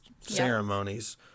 ceremonies